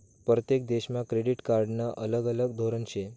परतेक देशमा क्रेडिट कार्डनं अलग अलग धोरन शे